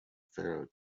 pharaoh